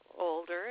older